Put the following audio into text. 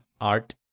art